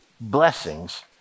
blessings